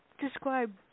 describe